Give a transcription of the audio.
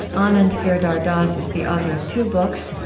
anand giridharadas is the author of two books,